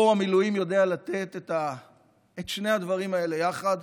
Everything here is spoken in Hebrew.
פה המילואים יודעים לתת את שני הדברים האלה יחד.